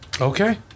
Okay